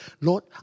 Lord